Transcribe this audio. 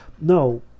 No